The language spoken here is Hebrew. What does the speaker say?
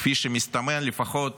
כפי שמסתמן, לפחות